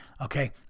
okay